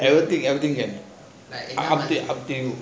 everything everything can up to up to you